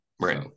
right